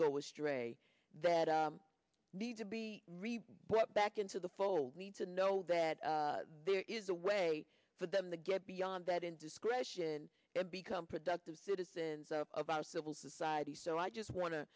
go astray that need to be really brought back into the fold need to know that there is a way for them to get beyond that indiscretion and become productive citizens of our civil society so i just want to